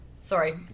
Sorry